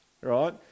right